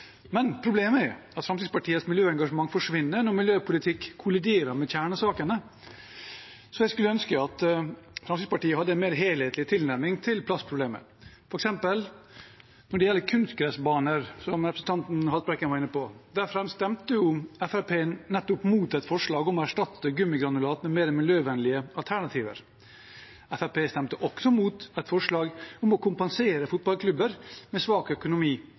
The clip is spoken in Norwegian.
Problemet er at Fremskrittspartiets miljøengasjement forsvinner når miljøpolitikken kolliderer med kjernesakene. Jeg skulle ønske at Fremskrittspartiet hadde en mer helhetlig tilnærming til plastproblemet, f.eks. når det gjelder kunstgressbaner, som representanten Haltbrekken var inne på. Der stemte Fremskrittspartiet nettopp mot et forslag om å erstatte gummigranulat med mer miljøvennlige alternativer. Fremskrittspartiet stemte også mot et forslag om å kompensere fotballklubber med svak økonomi,